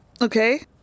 Okay